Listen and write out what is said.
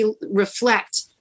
reflect